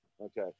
Okay